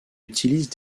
utilise